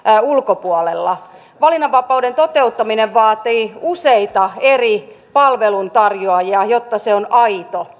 ulkopuolella valinnanvapauden toteuttaminen vaatii useita eri palveluntarjoajia jotta se on aito